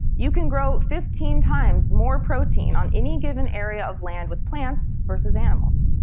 you can grow fifteen times more protein on any given area of land with plants versus animals.